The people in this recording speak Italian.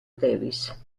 davis